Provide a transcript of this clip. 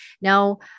Now